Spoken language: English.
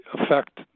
affect